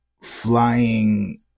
flying